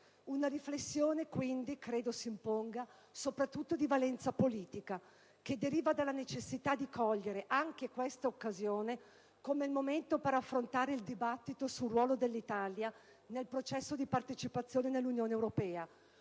Una riflessione, quindi, credo si imponga, soprattutto di valenza politica, che deriva dalla necessità di cogliere anche questa occasione come momento per affrontare il dibattito sul ruolo dell'Italia nel processo di partecipazione all'Unione europea,